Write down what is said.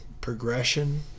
progression